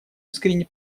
искренне